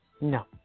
No